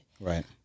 Right